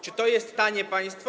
Czy to jest tanie państwo?